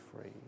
free